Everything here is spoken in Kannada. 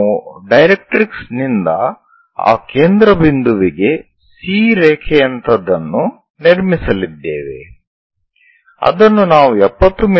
ನಾವು ಡೈರೆಕ್ಟ್ರಿಕ್ಸ್ ನಿಂದ ಆ ಕೇಂದ್ರ ಬಿಂದುವಿಗೆ C ರೇಖೆಯಂತಹದನ್ನು ನಿರ್ಮಿಸಲಿದ್ದೇವೆ ಅದನ್ನು ನಾವು 70 ಮಿ